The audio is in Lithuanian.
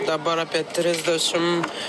dabar apie trisdešimt